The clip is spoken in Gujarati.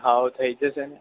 હોવ થઇ જશે ને